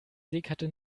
seekarte